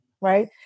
right